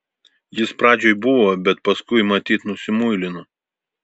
jis pradžioj buvo bet paskui matyt nusimuilino